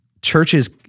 Churches